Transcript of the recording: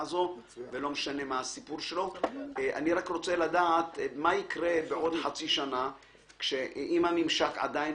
אני רק אומרת ש-14 יום קבוע היום לכל התקנות אז